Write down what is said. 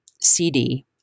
CD